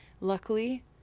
luckily